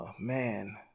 Man